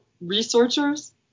researchers